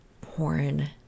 porn